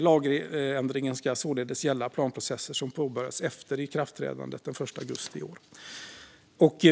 Lagändringen ska således gälla planprocesser som påbörjats efter ikraftträdandet den 1 augusti i år.